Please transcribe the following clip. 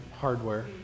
hardware